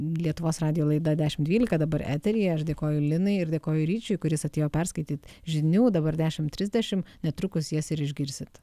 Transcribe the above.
lietuvos radijo laida dešimt dvylika dabar eteryje aš dėkoju linai ir dėkoju ryčiui kuris atėjo perskaityti žinių dabar dešimt trisdešim netrukus jas ir išgirsit